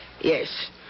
Yes